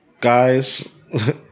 guys